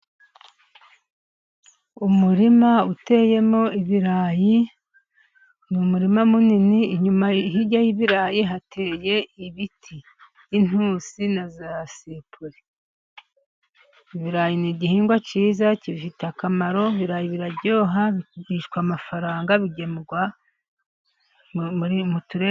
Umurima uteyemo ibirayi ,ni umurima munini ,Inyuma hirya y'ibirayi hateye ibiti by'intusi na za sipuri, ibirayi ni igihingwa kiza gifite akamaro, ibirayi biraryoha bigurishwa amafaranga ,bigemurwa mu turere.